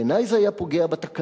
בעיני זה היה פוגע בתקנון,